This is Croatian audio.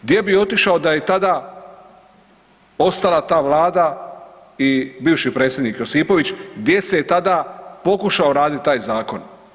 Gdje bi otišao da je tada ostala ta vlada i bivši predsjednik Josipović gdje se je tada pokušao raditi taj zakon.